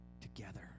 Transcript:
together